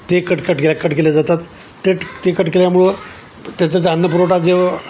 ते cut cut केल्या cut केल्या जातात ते ते कट केल्यामुळे त्याचा जो अन्नपुरवठा जेव्हा